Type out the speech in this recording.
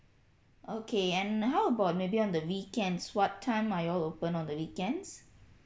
okay and how about maybe on the weekends what time are y'all open on the weekends